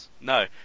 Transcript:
No